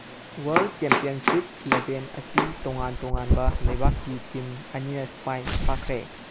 world championship ꯑꯦꯂꯕꯦꯟ ꯑꯁꯤ ꯇꯣꯉꯥꯟ ꯇꯣꯉꯥꯟꯕ ꯂꯩꯕꯥꯛꯀꯤ ꯇꯤꯝ ꯑꯅꯤꯔꯛ ꯃꯥꯏ ꯄꯥꯛꯈ꯭ꯔꯦ